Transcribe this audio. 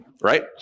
right